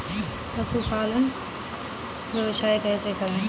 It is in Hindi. पशुपालन का व्यवसाय कैसे करें?